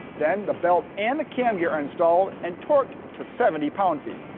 then the belt and the cam gear are installed and torqued to seventy pound feet.